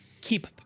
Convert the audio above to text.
Keep